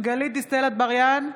גלית דיסטל אטבריאן,